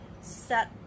set